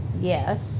Yes